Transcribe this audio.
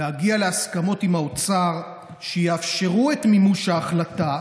להגיע להסכמות עם האוצר שיאפשרו את מימוש ההחלטה,